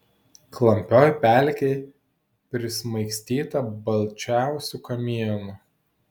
klampioj pelkėj prismaigstyta balčiausių kamienų